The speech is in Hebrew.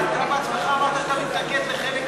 אבל אתה עצמך אמרת שאתה מתנגד לחלק,